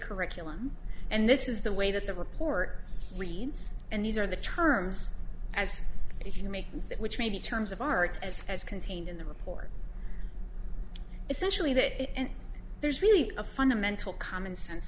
curriculum and this is the way that the report reads and these are the terms as if you make that which may be terms of art as as contained in the report essentially that there's really a fundamental commonsense